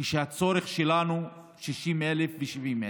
והצורך שלנו הוא 60,000 ו-70,000.